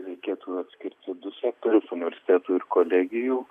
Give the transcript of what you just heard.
reikėtų atskirti du sektorius universitetų ir kolegijų